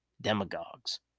demagogues